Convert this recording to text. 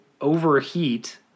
overheat